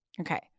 Okay